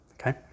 okay